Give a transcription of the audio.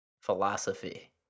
philosophy